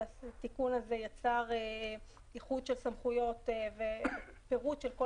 והתיקון הזה יצר איחוד של סמכויות ופירוט של כל